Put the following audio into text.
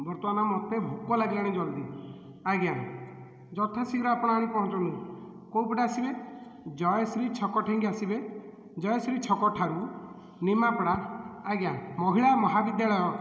ବର୍ତ୍ତମାନ ମୋତେ ଭୁକ ଲାଗିଲାଣି ଆଜ୍ଞା ଯଥା ଶୀଘ୍ର ଆପଣ ଆଣି ପହଞ୍ଚନ୍ତୁ କୋଉପଟେ ଆସିବେ ଜୟଶ୍ରୀ ଛକ ଠେଇଁକି ଆସିବେ ଜୟଶ୍ରୀ ଛକ ଠାରୁ ନିମାପଡ଼ା ଆଜ୍ଞା ମହିଳା ମହାବିଦ୍ୟାଳୟ